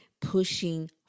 pushing